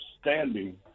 standing